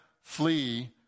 flee